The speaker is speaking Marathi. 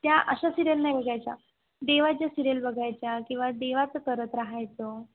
त्या अशा सिरियल नाही बघायच्या देवाच्या सिरियल बघायच्या किंवा देवाचं करत राहायचं